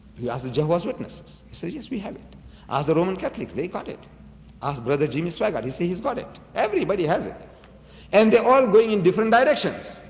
you ask the jehovah's witnesses say yes, we have it as the roman catholics. they caught it uh-huh but the jimmy swaggart you see his product everybody has it and they are all going in different directions